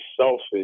selfish